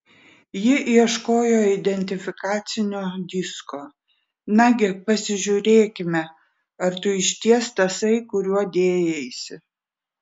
ji ieškojo identifikacinio disko nagi pasižiūrėkime ar tu išties tasai kuriuo dėjaisi